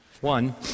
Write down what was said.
One